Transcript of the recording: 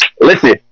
listen